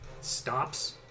stops